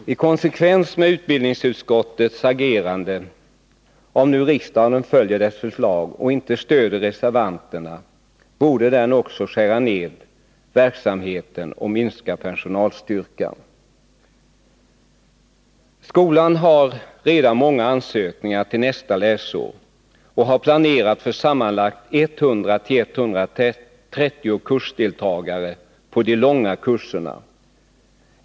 I konsekvens med utbildningsutskottets agerande, om nu riksdagen följer dess förslag och inte stöder reservanterna, borde skolan alltså skära ned verksamheten och minska personalstyrkan. Skolan har redan många ansökningar till nästa läsår och har planerat för sammanlagt 100-130 kursdeltagare på de långa kurserna.